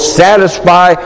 satisfy